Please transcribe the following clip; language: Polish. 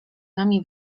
nami